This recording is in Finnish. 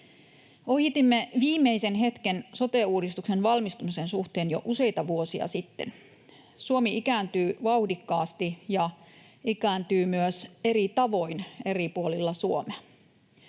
Ohitimme viimeisen hetken sote-uudistuksen valmistumisen suhteen jo useita vuosia sitten. Suomi ikääntyy vauhdikkaasti ja ikääntyy myös eri tavoin eri puolilla Suomea.